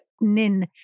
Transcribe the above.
Nin